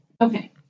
okay